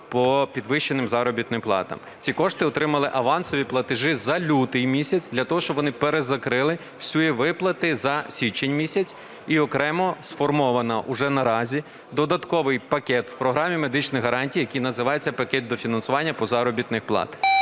по підвищеним заробітним платам. Ці кошти отримали, авансові платежі, за лютий місяць, для того, щоб вони перезакрили всі виплати за січень місяць. І окремо сформовано вже наразі додатковий пакет в Програмі медичних гарантій, який називається "Пакет дофінансування по заробітним платам",